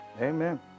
Amen